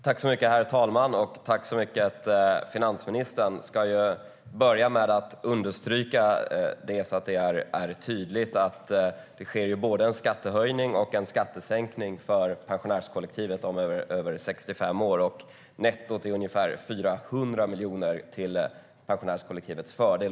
Herr ålderspresident! Tack så mycket, finansministern! Jag ska börja med att understryka det så att det är tydligt: Det sker både en skattehöjning och en skattesänkning för pensionärskollektivet över 65 år. Nettot är ungefär 400 miljoner till pensionärskollektivets fördel.